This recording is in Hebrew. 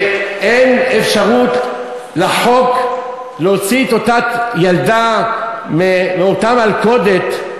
ואין אפשרות בחוק להוציא את אותה ילדה מאותה מלכודת,